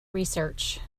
research